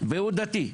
והוא דתי,